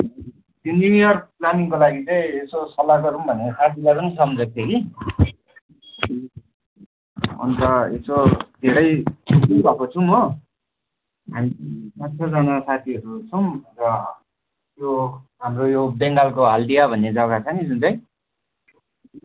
new year प्लानिङको लागि चाहिँ यसो सल्लाह गरौँ भनेर साथीलाई पनि सम्झेको थिएँ कि अन्त यसो धेरै मिलाएको छौँ हो हामी पाँच छजना साथीहरू छौँ र यो हाम्रो यो बेङ्गालको हल्दिया भन्ने जग्गा छ नि जुन चाहिँ